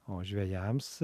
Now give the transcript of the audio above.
o žvejams